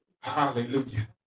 Hallelujah